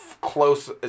close